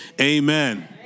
amen